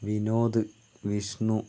Vinod Vishnu